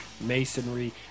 masonry